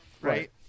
right